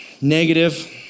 Negative